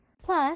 Plus